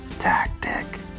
tactic